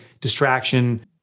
distraction